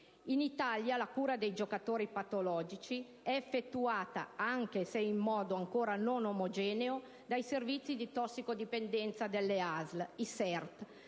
In Italia la cura dei giocatori patologici è effettuata, anche se in modo ancora non omogeneo, dai servizi di tossicodipendenze delle ASL (i